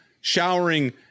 showering